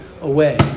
away